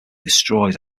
destroys